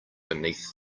beneath